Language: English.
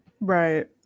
right